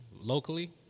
locally